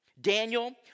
Daniel